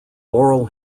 laurel